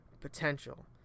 potential